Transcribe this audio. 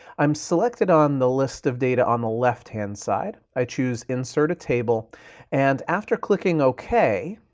i'm selected on the list of data on the left-hand side. i choose insert a table and after clicking ok,